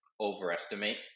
overestimate